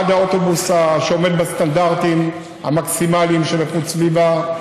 עד האוטובוס שעומד בסטנדרטים המקסימליים של איכות סביבה,